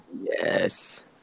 Yes